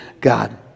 God